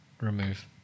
remove